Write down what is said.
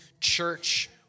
church